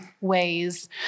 ways